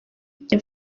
njye